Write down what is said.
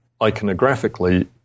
iconographically